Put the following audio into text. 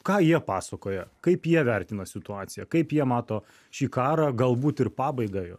ką jie pasakoja kaip jie vertina situaciją kaip jie mato šį karą galbūt ir pabaigą jo